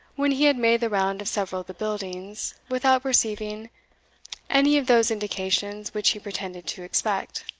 when he had made the round of several of the buildings, without perceiving any of those indications which he pretended to expect